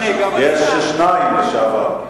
יש שניים לשעבר.